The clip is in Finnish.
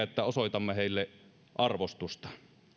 että osoitamme heille arvostusta